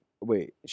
wait